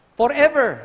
forever